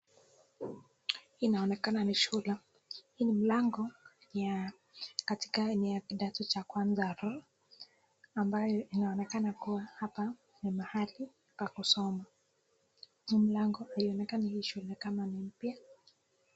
Inaonekana ni shule. Hii ni mlango ya katika darasa la kwanza ya ambayo inaonekana kuwa hapa ni mahali pa kusoma. Huu mlango inaonekana hii shule kama ni mpya.